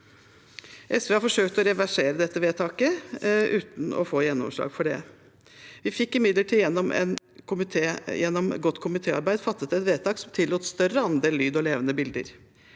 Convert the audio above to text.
SV har forsøkt å reversere dette vedtaket, uten å få gjennomslag for det. Vi fikk imidlertid – gjennom godt komitéarbeid – fattet et vedtak som tillot større andel lyd og levende bilder,